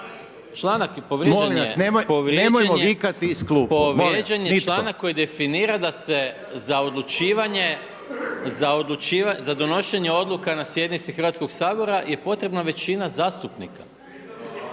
se./… Povrijeđen je članak koji definira da se za odlučivanje, za donošenje odluka na sjednici Hrvatskog sabora je potrebna većina zastupnika.